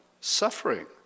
Suffering